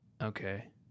Okay